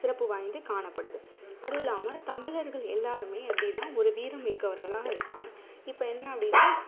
சிறப்பு வாய்ந்து காணப்படுது அதுவுமில்லாமல் தமிழர்கள் எல்லோருமே எப்படினா ஒரு வீரமிக்கவர்களாக இருப்பாங்க இப்போ என்ன அப்படின்னா